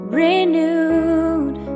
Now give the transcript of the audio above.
renewed